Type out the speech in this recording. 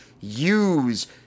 use